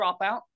dropout